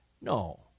No